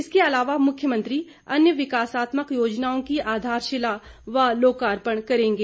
इसके अलावा मुख्यमंत्री अन्य विकासात्मक योजनाओं की आधारशिला व लोकापर्ण करेंगे